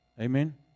Amen